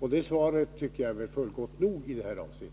dessa. Det svaret tycker jag är gott nog i detta avseende.